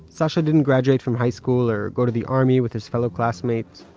sasha didn't graduate from high school, or go to the army with his fellow classmates